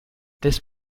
this